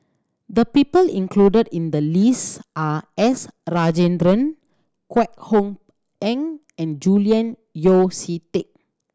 the people included in the list are S Rajendran Kwek Hong Png and Julian Yeo See Teck